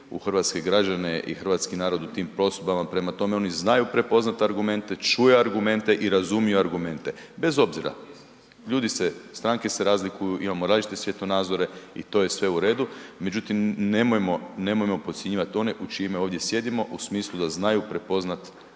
hrvatske građane i hrvatski narod u tim prosudbama, prema tome oni znaju prepoznat argumente, čuju argumente i razumiju argumente, bez obzira ljudi se, stranke se razlikuju, imamo različite svjetonazore i to je sve u redu, međutim nemojmo, nemojmo podcjenjivat one u čije ime ovdje sjedimo u smislu da znaju prepoznat argumente